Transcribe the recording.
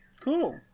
cool